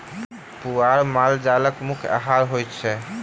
पुआर माल जालक मुख्य आहार होइत अछि